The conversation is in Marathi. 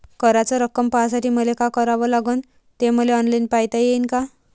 कराच रक्कम पाहासाठी मले का करावं लागन, ते मले ऑनलाईन पायता येईन का?